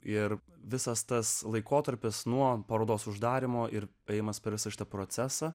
ir visas tas laikotarpis nuo parodos uždarymo ir ėjimas per visą šitą procesą